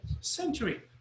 century